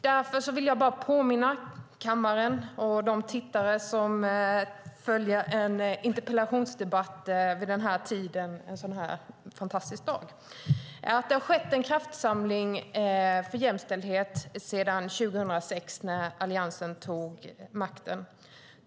Därför vill jag påminna kammaren och de tittare som följer debatten att det har skett en kraftsamling för jämställdhet sedan Alliansen tog makten 2006.